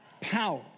power